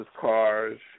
cars